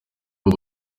ubu